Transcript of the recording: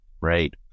Right